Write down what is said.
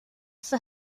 for